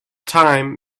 time